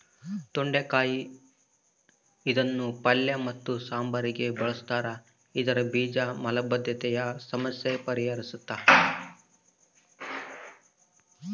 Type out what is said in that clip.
ತೊಂಡೆಕಾಯಿ ಇದನ್ನು ಪಲ್ಯ ಮತ್ತು ಸಾಂಬಾರಿಗೆ ಬಳುಸ್ತಾರ ಇದರ ಬೀಜ ಮಲಬದ್ಧತೆಯ ಸಮಸ್ಯೆ ಪರಿಹರಿಸ್ತಾದ